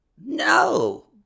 No